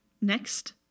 Next